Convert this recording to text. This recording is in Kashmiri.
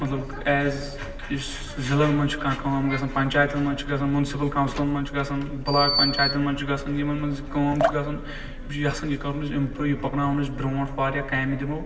مطلب ایز یُس ضعلن منٛز چھُ کانٛہہ کأم گژھان پنچایتن منٛز چھ میونسپل کونسلن منٛز چھ گژھان بلاک پنچایتن منٛز چھ گژھان یِمن منٛز یہِ کأم چھ گژھان یِم چھِ یژھان یہِ کرہون أسۍ اِمپروٗ یہِ پکناوون بروٗنٛٹھ واریاہ کامہِ دِمو